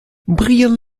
brian